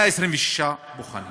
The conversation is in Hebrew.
126. בואו